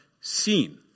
seen